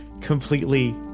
completely